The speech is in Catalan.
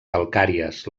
calcàries